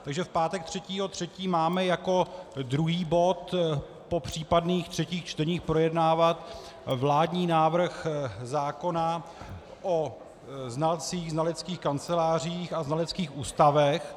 Takže v pátek 3. 3. máme jako druhý bod po případných třetích čteních projednávat vládní návrh zákona o znalcích, znaleckých kancelářích a znaleckých ústavech.